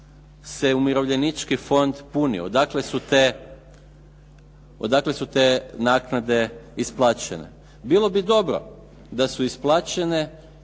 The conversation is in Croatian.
umirovljenički fond puni, odakle su te naknade isplaćene. Bilo bi dobro da su isplaćene